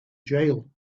jail